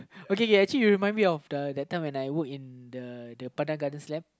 okay okay actually you remind me of the that time when I work in the the